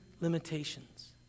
limitations